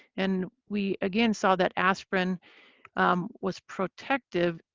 and we again saw that aspirin was protective,